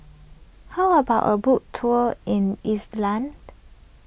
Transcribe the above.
how about a boat tour in